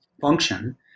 function